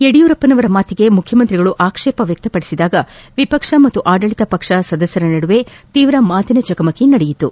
ಯಡಿಯೂರಪ್ಪನವರ ಮಾತಿಗೆ ಮುಖ್ಯ ಮಂತ್ರಿಗಳು ಆಕ್ಷೇಪ ವ್ಯಕ್ತಪಡಿಸಿದಾಗ ವಿಪಕ್ಷ ಹಾಗೂ ಆಡಳಿತ ಪಕ್ಷ ಸದಸ್ನರ ನಡುವೆ ತೀವ್ರ ಮಾತಿನ ಚಕಮಕಿ ನಡೆಯಿತು